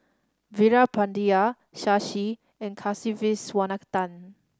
Veerapandiya Shashi and Kasiviswanathan